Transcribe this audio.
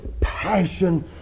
passion